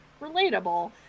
relatable